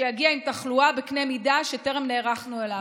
שיגיע עם תחלואה בקנה מידה שטרם נערכנו אליו.